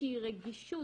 איזושהי רגישות